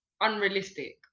unrealistic